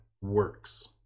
works